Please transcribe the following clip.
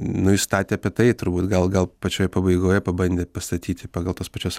nu jis statė apie tai turbūt gal gal pačioj pabaigoje pabandė pastatyti pagal tos pačios